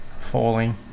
falling